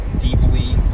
deeply